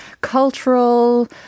cultural